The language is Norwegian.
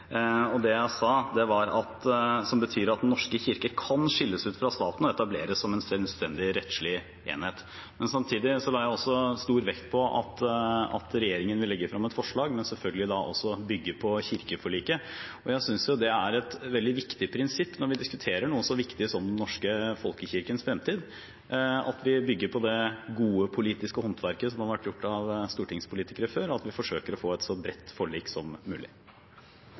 og det jeg sa, betyr at den norske kirke kan skilles ut fra staten og etableres som en selvstendig rettslig enhet. Samtidig la jeg stor vekt på at regjeringen vil legge frem et forslag, men selvfølgelig da også bygge på kirkeforliket. Jeg synes det er et veldig viktig prinsipp når vi diskuterer noe så viktig som den norske folkekirkens fremtid, at vi bygger på det gode politiske håndverket som har vært gjort av stortingspolitikere før – at vi forsøker å få et så bredt forlik som mulig.